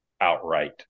outright